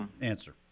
answer